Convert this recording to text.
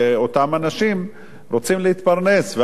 כי אותם אנשים רוצים להתפרנס,